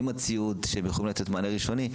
עם הציוד שהם יכולים לתת מענה ראשוני,